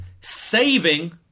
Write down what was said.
saving